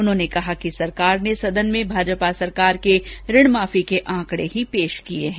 उन्होंने कहा कि सरकार ने सदन में भाजपा सरकार के ऋणमाफी के आंकड़े ही पेश किए हैं